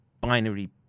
binary